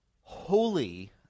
holy